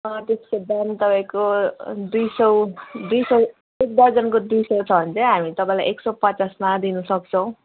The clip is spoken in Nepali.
त्यसको दाम तपाईँको दुई सय दुई सय एक दर्जनको दुई सय छ भने चाहिँ हामी तपाईँलाई एक सय पचासमा दिनुसक्छौँ